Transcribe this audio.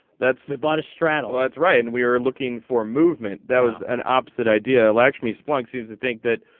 that's the bottom straddle that's right and we are looking for movement that was an opposite idea laxmi splunk seems to think that.